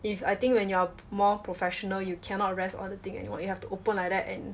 if I think when you're more professional you cannot rest on the thing anymore you have to open like that and